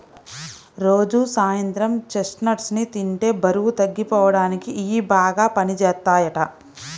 రోజూ సాయంత్రం చెస్ట్నట్స్ ని తింటే బరువు తగ్గిపోడానికి ఇయ్యి బాగా పనిజేత్తయ్యంట